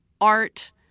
art